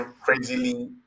crazily